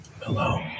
Hello